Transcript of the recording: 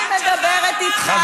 אני מדברת איתך,